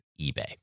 eBay